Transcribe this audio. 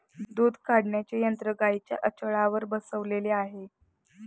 दूध काढण्याचे यंत्र गाईंच्या आचळावर बसवलेले आहे